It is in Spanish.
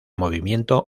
movimiento